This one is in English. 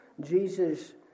Jesus